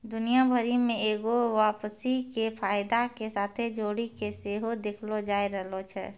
दुनिया भरि मे एगो वापसी के फायदा के साथे जोड़ि के सेहो देखलो जाय रहलो छै